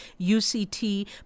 UCT